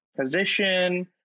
position